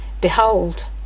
Behold